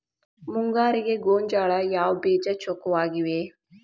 ಮುಂಗಾರಿಗೆ ಗೋಂಜಾಳ ಯಾವ ಬೇಜ ಚೊಕ್ಕವಾಗಿವೆ?